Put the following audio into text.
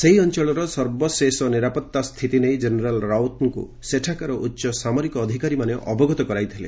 ସେହି ଅଞ୍ଚଳର ସର୍ବଶେଷ ନିରାପତ୍ତା ସ୍ଥିତି କେନେରାଲ ରାଓ୍ୱତଙ୍କୁ ସେଠାକାର ଉଚ୍ଚ ସାମରିକ ଅଧିକାରୀମାନେ ଅବଗତ କରାଇଥିଲେ